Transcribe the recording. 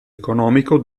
economico